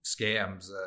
scams